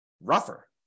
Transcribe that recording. rougher